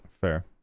Fair